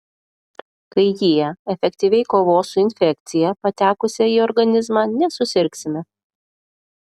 kai jie efektyviai kovos su infekcija patekusia į organizmą nesusirgsime